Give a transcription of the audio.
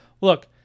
look